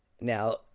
Now